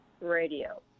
Radio